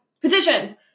Petition